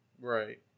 Right